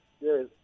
Yes